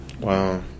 Wow